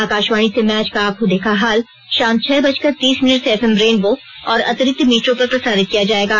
आकाशवाणी से मैच का आंखो देखा हाल शाम छह बजकर तीस मिनट से एफ एम रेनबो और अतिरिक्त मीटरों पर प्रसारित किया जाएगा